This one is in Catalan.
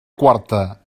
quarta